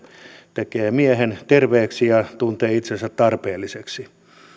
tekee miehen terveeksi ja tuntee itsensä tarpeelliseksi